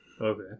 Okay